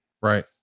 Right